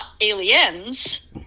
Aliens